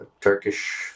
Turkish